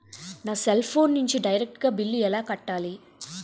నా cell phone నుంచి direct గా బిల్లు ఎలా కట్టాలి?